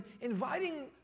inviting